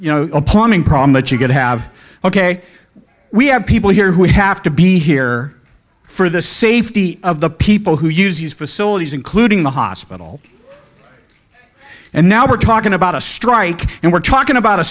you know a plumbing problem that you could have ok we have people here who have to be here for the safety of the people who use these facilities including the hospital and now we're talking about a strike and we're talking about a